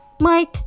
Mike